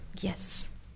Yes